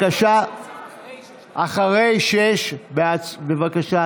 אחרי 6. בבקשה,